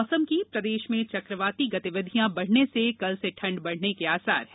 मौसम प्रदेश में चक्रवाती गतिविधियां बढ़ने से कल से ठंड बढ़ने के आसर हैं